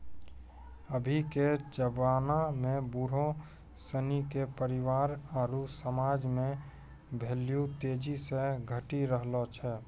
अभी के जबाना में बुढ़ो सिनी के परिवार आरु समाज मे भेल्यू तेजी से घटी रहलो छै